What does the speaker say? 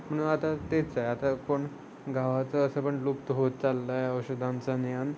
म्हणून आता तेच आहे आता पण गावाचं असं पण लुप्त होत चाललं आहे औषधांचा ज्ञान